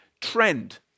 trend